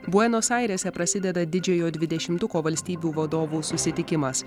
buenos airėse prasideda didžiojo dvidešimtuko valstybių vadovų susitikimas